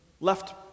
left